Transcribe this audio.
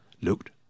looked